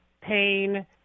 pain